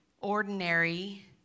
ordinary